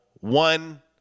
one